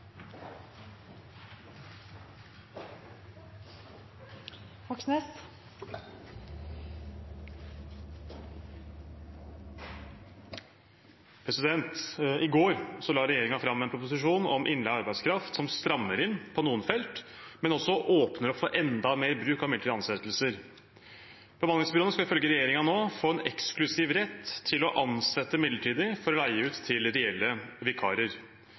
arbeidskraft, som strammer inn på noen felt, men som også åpner opp for enda mer bruk av midlertidige ansettelser. Bemanningsbyråene skal ifølge regjeringen nå få en eksklusiv rett til å ansette midlertidig for å leie ut til reelle